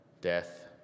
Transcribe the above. death